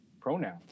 pronouns